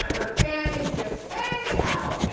fanny is just hanging out.